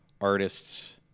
artists